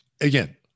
again